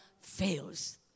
fails